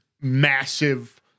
massive